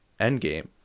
Endgame